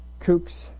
kooks